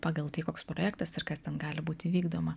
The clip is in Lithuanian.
pagal tai koks projektas ir kas ten gali būti vykdoma